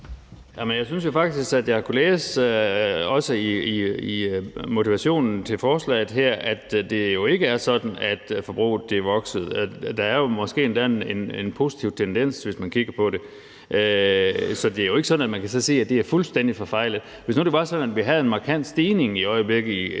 Jeg synes jo faktisk, at jeg har kunnet læse, også i bemærkningerne til forslaget her, at det jo ikke er sådan, at forbruget er vokset. Der er jo måske endda en positiv tendens, hvis man kigger på det. Så det er jo ikke sådan, at man kan sige, at det er fuldstændig forfejlet. Hvis nu det var sådan, at vi i øjeblikket havde en markant stigning i antallet